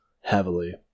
heavily